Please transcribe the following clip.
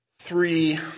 Three